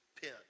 pin